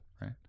Right